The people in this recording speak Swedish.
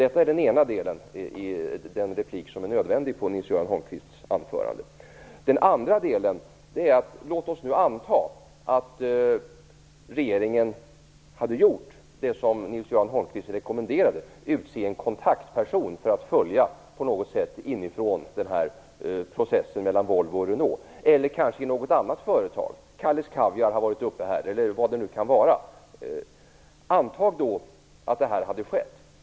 Detta är den ena delen i den replik som är nödvändig på Nils Jag kommer nu till den andra delen. Låt oss anta att regeringen hade gjort det som Nils-Göran Holmqvist rekommenderade, utsett en kontaktperson för att inifrån på något sätt följa processen mellan Volvo och Renault eller kanske i något annat företag. Kalles kaviar har nämnts. Anta att detta hade skett!